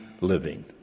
living